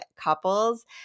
couples